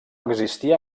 existia